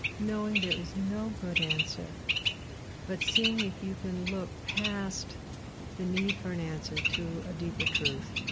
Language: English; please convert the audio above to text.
knowing there is no good answer but seeing if you can look past the need for an answer to a deeper truth,